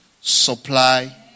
supply